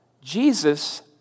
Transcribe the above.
Jesus